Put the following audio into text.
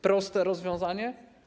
Proste rozwiązanie?